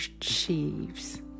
sheaves